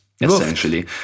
essentially